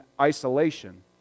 isolation